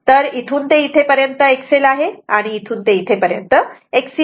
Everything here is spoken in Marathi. तर हे इथून ते इथेपर्यंत XL आहे आणि इथून ते इथे पर्यंत XC आहे